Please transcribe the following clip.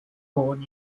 born